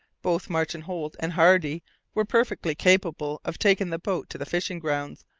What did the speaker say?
both martin holt and hardy were perfectly capable of taking the boat to the fishing-grounds,